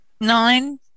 Nine